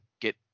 get